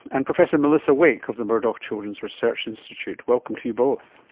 and professor melissa wake of the murdoch children's research institute. welcome to you both.